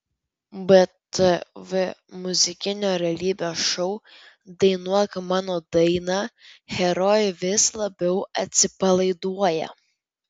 btv muzikinio realybės šou dainuok mano dainą herojai vis labiau atsipalaiduoja